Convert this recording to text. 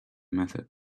method